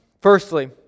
Firstly